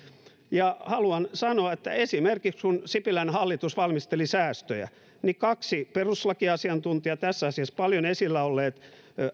haluan sanoa että esimerkiksi kun sipilän hallitus valmisteli säästöjä niin kaksi perustuslakiasiantuntijaa tässä asiassa paljon esillä olleet